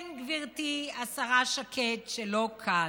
כן, גברתי השרה שקד, שלא כאן,